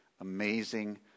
amazing